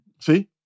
See